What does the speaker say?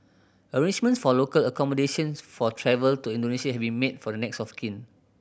arrangement for local accommodations for travel to Indonesia have been made for the next of kin